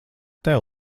tev